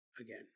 again